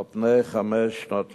על פני חמש שנות לימוד,